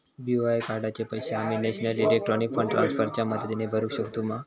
BOI कार्डाचे पैसे आम्ही नेशनल इलेक्ट्रॉनिक फंड ट्रान्स्फर च्या मदतीने भरुक शकतू मा?